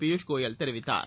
பியூஷ் கோயல் தெரிவித்தார்